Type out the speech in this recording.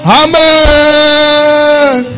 amen